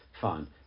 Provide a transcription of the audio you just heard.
fine